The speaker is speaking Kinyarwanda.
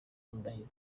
ndahiro